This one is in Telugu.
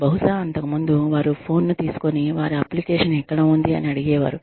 బహుశా అంతకుముందు వారు ఫోన్ను తీసుకొని వారి అప్లికేషన్ ఎక్కడ ఉంది అని అడిగేవారు